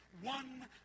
one